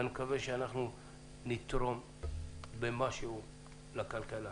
ואני מקווה שנתרום במשהו לכלכלה.